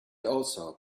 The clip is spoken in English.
also